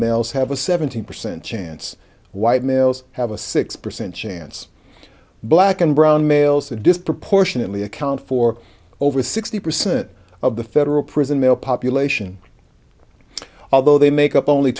have a seventy percent chance white males have a six percent chance black and brown males are disproportionately account for over sixty percent of the federal prison male population although they make up only